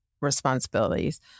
responsibilities